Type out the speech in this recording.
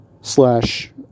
slash